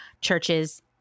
churches